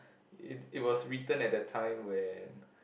it it was written at a time when